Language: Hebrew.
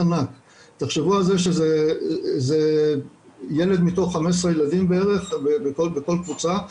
תחשבו על זה שזה ילד מתוך 15 ילדים בערך בכל קבוצה.